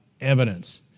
evidence